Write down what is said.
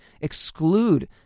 exclude